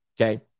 okay